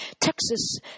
Texas